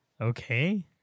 Okay